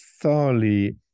thoroughly